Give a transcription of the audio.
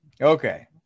Okay